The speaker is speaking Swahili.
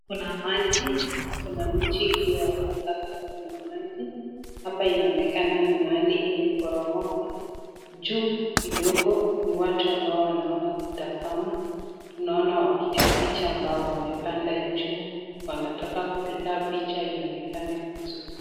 Kuna maji. Kuna mti iliyoanguka karibu na maji. Hapa inaonekana ni mahali imeporomoka. Juu kidogo ni watu ambao wanaona kutazama. Tunaona wapiga picha ambao wamepanda juu wanataka kupiga picha ionekane vizuri.